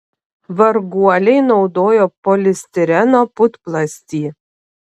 varguoliai naudojo polistireno putplastį